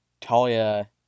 Talia